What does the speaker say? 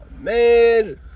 man